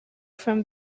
from